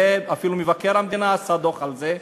ואפילו מבקר המדינה עשה דוח על זה,